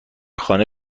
خانه